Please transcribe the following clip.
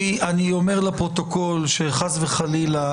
אני אומר לפרוטוקול שחס וחלילה,